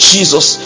Jesus